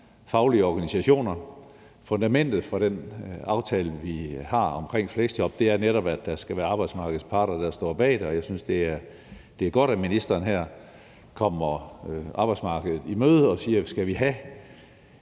faglige organisationer. Fundamentet for den aftale, vi har omkring fleksjob, er netop, at det skal være arbejdsmarkedets parter, der står bag det, og jeg synes, det er godt, at ministeren her kommer arbejdsmarkedet i møde og siger: Skal vi have